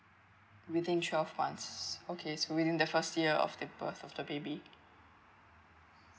within twelve months okay so within the first year of the birth of the baby